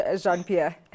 Jean-Pierre